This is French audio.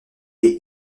est